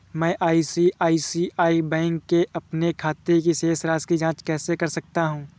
मैं ICICI bank के अपने खाते की शेष राशि की जाँच कैसे कर सकता हूँ?